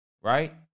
right